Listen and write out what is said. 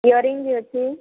earring ବି ଅଛି